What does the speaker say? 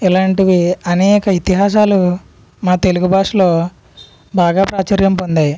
ఇలాంటివి అనేక ఇతిహాసాలు మా తెలుగు భాషలో బాగా ప్రాచుర్యం పొందాయి